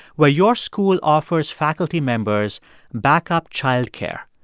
where your school offers faculty members backup child care.